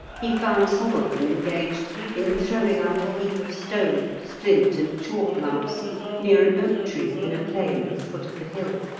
he found some of them engaged in throwing up a heap of stones, flint, and chalk lumps near an oak-tree in a plain at the foot of the hill.